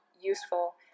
useful